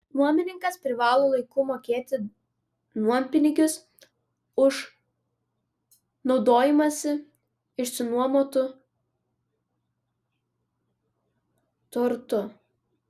nuomininkas privalo laiku mokėti nuompinigius už naudojimąsi išsinuomotu turtu